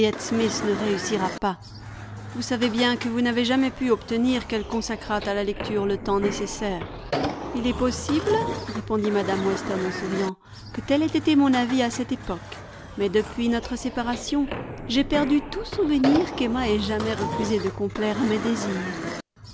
ne réussira pas vous savez bien que vous n'avez jamais pu obtenir qu'elle consacrât à la lecture le temps nécessaire il est possible répondit mme weston en souriant que tel ait été mon avis à cette époque mais depuis notre séparation j'ai perdu tout souvenir qu'emma ait jamais refusé de complaire à mes désirs